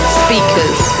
speakers